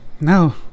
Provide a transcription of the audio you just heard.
no